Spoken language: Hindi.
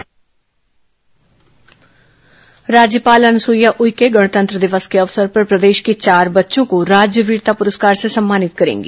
वीरता पुरस्कार राज्यपाल अनुसुईया उइके गणतंत्र दिवस के अवसर पर प्रदेश के चार बच्चों को राज्य वीरता पुरस्कार से सम्मानित करेंगी